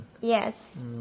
yes